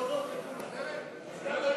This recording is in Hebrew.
גם אני, רב-סרן אלי בן-דהן, מודה ותומך.